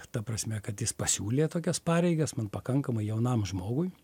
ta prasme kad jis pasiūlė tokias pareigas man pakankamai jaunam žmogui